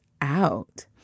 out